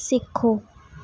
सिखो